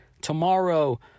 Tomorrow